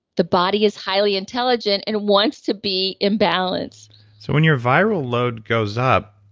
the body is highly intelligent and wants to be imbalance when your viral load goes up,